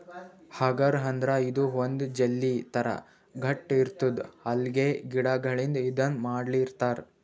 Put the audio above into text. ಅಗರ್ ಅಂದ್ರ ಇದು ಒಂದ್ ಜೆಲ್ಲಿ ಥರಾ ಗಟ್ಟ್ ಇರ್ತದ್ ಅಲ್ಗೆ ಗಿಡಗಳಿಂದ್ ಇದನ್ನ್ ಮಾಡಿರ್ತರ್